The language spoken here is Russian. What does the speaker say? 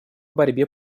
борьбе